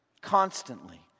constantly